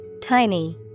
Tiny